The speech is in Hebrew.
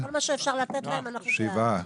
שבעה.